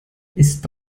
ist